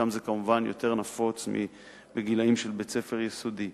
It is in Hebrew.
שם כמובן זה יותר נפוץ מאשר בגילים של בית-ספר יסודי.